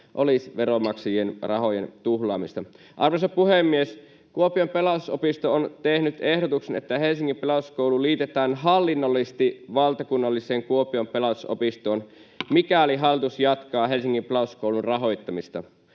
olisi veronmaksajien rahojen tuhlaamista. Arvoisa puhemies! Kuopion Pelastusopisto on tehnyt ehdotuksen, että Helsingin Pelastuskoulu liitetään hallinnollisesti valtakunnalliseen Kuopion Pelastusopistoon, mikäli hallitus jatkaa Helsingin Pelastuskoulun rahoittamista.